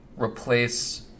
replace